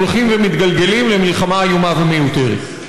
הולכים ומתגלגלים למלחמה איומה ומיותרת.